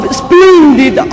splendid